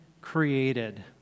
created